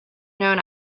known